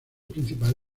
principal